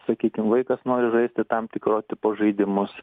sakykim vaikas nori žaisti tam tikro tipo žaidimus